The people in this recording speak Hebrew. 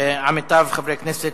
ועמיתיו חנא סוייד,